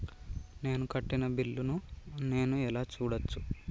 నేను కట్టిన బిల్లు ను నేను ఎలా చూడచ్చు?